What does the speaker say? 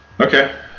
Okay